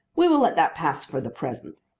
we will let that pass for the present,